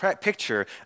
picture